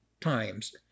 times